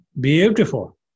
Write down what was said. beautiful